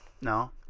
no